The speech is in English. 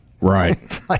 Right